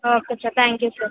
okay sir thank you sir